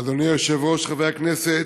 אדוני היושב-ראש, חברי הכנסת,